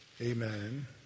Amen